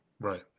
right